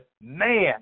man